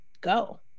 go